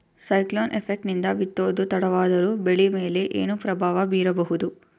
Cyclone effect ನಿಂದ ಬಿತ್ತೋದು ತಡವಾದರೂ ಬೆಳಿ ಮೇಲೆ ಏನು ಪ್ರಭಾವ ಬೀರಬಹುದು?